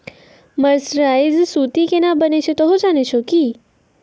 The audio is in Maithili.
मर्सराइज्ड सूती केना बनै छै तोहों जाने छौ कि